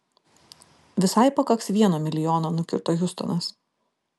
visai pakaks vieno milijono nukirto hiustonas